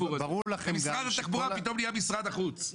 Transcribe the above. משרד התחבורה פתאום נהיה משרד החוץ.